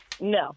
No